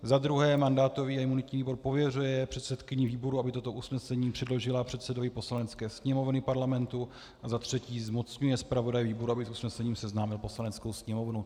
Za druhé mandátový a imunitní výbor pověřuje předsedkyni výboru, aby toto usnesení předložila předsedovi Poslanecké sněmovny Parlamentu, a za třetí zmocňuje zpravodaje výboru, aby s usnesením seznámil Poslaneckou sněmovnu.